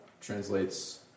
Translates